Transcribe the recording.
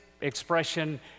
expression